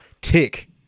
tick